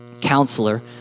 counselor